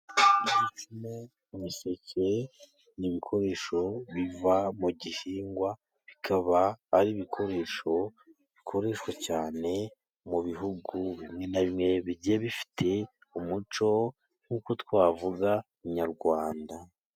Ibiseke ni ibikoresho biva mu gihingwa, bikaba ari ibikoresho bikoreshwa cyane mu bihugu bimwe na bimwe, bigiye bifite umuco nk'uko twavuga nyarwanda.